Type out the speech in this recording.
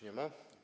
Nie ma?